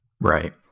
Right